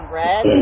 red